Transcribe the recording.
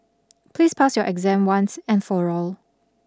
please pass your exam once and for all